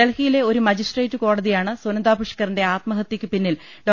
ഡൽഹി യിലെ ഒരു മജിസ്ട്രേറ്റ് കോടതിയാണ് സുനന്ദപുഷ്കറിന്റെ ആത്മ ഹത്യക്കു പിന്നിൽ ഡോ